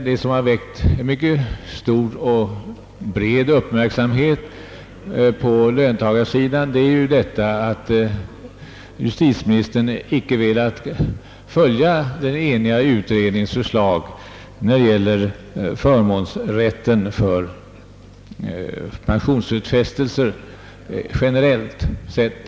Det som har väckt stor och bred uppmärksamhet på löntagarsidan är emellertid att justitieministern inte velat följa den eniga utredningens förslag när det gäller förmånsrätt för pensionsutfästelser, generellt sett.